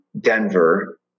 Denver